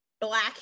Black